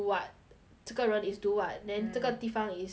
这个人 is do what mm then 这个地方 is for what [one]